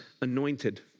anointed